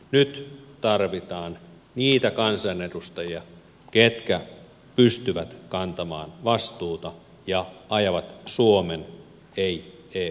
nyt tarvitaan niitä kansanedustajia jotka pystyvät kantamaan vastuuta ja ajavat suomen ei eun etua